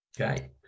Okay